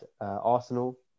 Arsenal